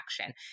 action